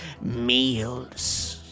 meals